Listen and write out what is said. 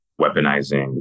weaponizing